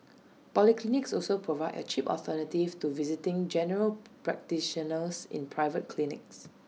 polyclinics also provide A cheap alternative to visiting general practitioners in private clinics